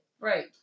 Right